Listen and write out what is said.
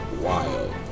Wild